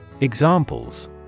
Examples